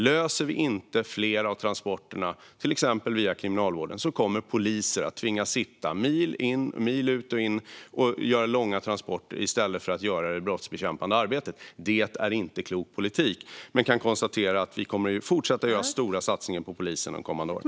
Löser vi inte fler transporter via exempelvis kriminalvården kommer poliser att tvingas sitta mil efter mil i transporter i stället för att bekämpa brott. Det är inte klok politik. Jag kan konstatera att vi kommer att göra stora satsningar på polisen de kommande åren.